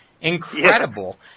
incredible